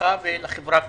למשפחה ולחברה כולה.